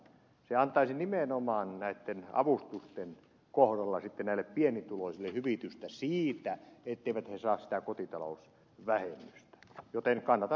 se antaisi nimenomaan näitten avustusten kohdalla sitten näille pienituloisille hyvitystä siitä etteivät he saa sitä kotitalousvähennystä joten kannatan ed